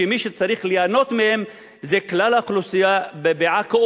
שמי שצריך ליהנות מהם זה כלל האוכלוסייה בעכו,